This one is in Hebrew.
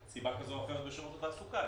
מסיבה כזו או אחרת בשירות התעסוקה.